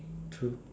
true